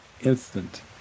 instant